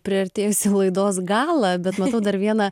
priartėjusį laidos galą bet matau dar vieną